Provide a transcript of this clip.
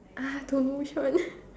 uh don't know which one